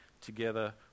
together